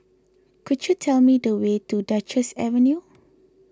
could you tell me the way to Duchess Avenue